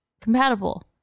compatible